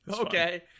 Okay